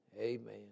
Amen